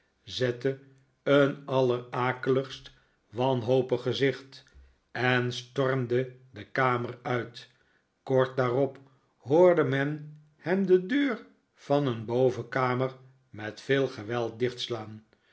zette een allerakeligst wanhopig gezicht en stormde de kamer uit kort daarop hoorde men hem de deur van een bovenkamer met veel geweld dichtslaan